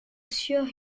sur